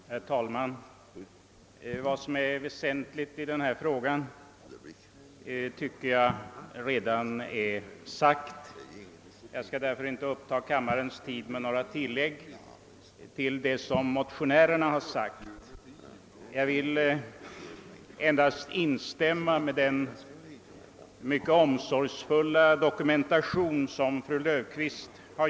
Herr talman! Vad som är väsentligt i denna fråga tycker jag redan är sagt, och jag skall därför inte uppta kammarens tid med att göra några tillägg till vad motionärerna anfört. Jag vill endast instämma i vad fru Löfqvist med en mycket omsorgsfull dokumentation anfört.